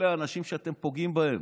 אלה האנשים שאתם פוגעים בהם.